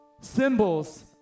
symbols